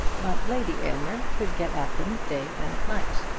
but lady aylmer could get at them day and night.